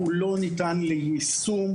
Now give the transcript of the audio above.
אם כן, זה זמן יותר ארוך משנתיים.